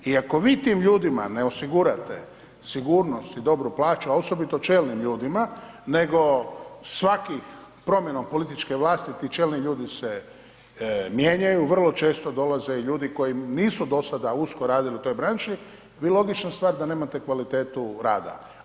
I ako vi tim ljudima ne osigurate sigurnost i dobru plaću, a osobito čelnim ljudima nego svakih, promjenom političke vlasti ti čelni ljudi se mijenjaju, vrlo često dolaze i ljudi koji nisu do sada usko radili u toj branši, bi logično stvar da nemate kvalitetu rada.